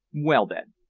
well, then,